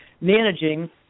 managing